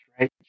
right